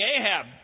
Ahab